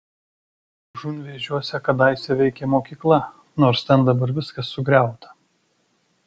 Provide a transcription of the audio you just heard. užunvėžiuose kadaise veikė mokykla nors ten dabar viskas sugriauta